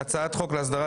בקשת הממשלה להקדמת